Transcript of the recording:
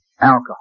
Alcohol